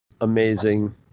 amazing